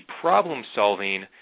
problem-solving